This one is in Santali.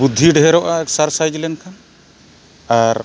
ᱵᱩᱫᱽᱫᱷᱤ ᱰᱷᱮᱨᱚᱜᱼᱟ ᱮᱠᱥᱟᱨᱥᱟᱭᱤᱡᱽ ᱞᱮᱱᱠᱷᱟᱱ ᱟᱨ